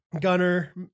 Gunner